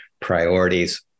priorities